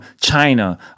China